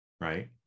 right